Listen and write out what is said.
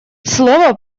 слова